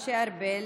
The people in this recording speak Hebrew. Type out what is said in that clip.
משה ארבל,